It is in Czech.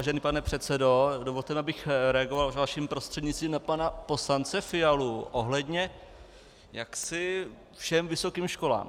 Vážený pane předsedo, dovolte mi, abych reagoval vaším prostřednictvím na pana poslance Fialu ohledně všem vysokým školám.